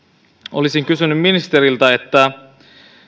olisin kysynyt ministeriltä